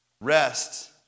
Rest